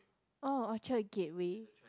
oh Orchard-Gateway